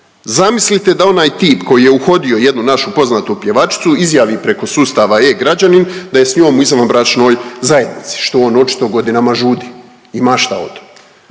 Zamislite da onaj tip koji je uhodio jednu našu poznatu pjevačicu izjavi preko sustava e-građanin da je s njom u izvanbračnoj zajednici, što on očito godinama žudi ili mašta o tome.